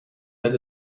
met